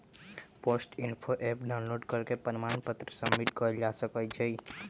post info app download करके प्रमाण पत्र सबमिट कइल जा सका हई